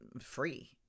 free